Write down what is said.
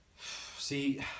See